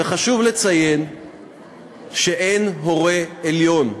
וחשוב לציין שאין הורה עליון.